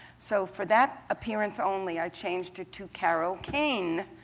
so for that appearance only, i changed it to carole kane,